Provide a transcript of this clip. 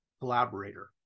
collaborator